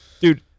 Dude